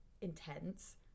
intense